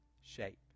shape